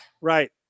Right